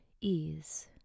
ease